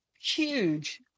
huge